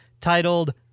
titled